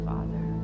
Father